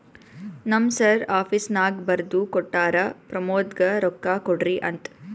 ನಮ್ ಸರ್ ಆಫೀಸ್ನಾಗ್ ಬರ್ದು ಕೊಟ್ಟಾರ, ಪ್ರಮೋದ್ಗ ರೊಕ್ಕಾ ಕೊಡ್ರಿ ಅಂತ್